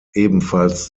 ebenfalls